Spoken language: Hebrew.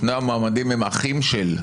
שני המועמדים הם אחים של,